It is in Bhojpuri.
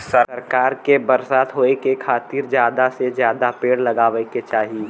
सरकार के बरसात होए के खातिर जादा से जादा पेड़ लगावे के चाही